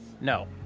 No